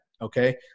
okay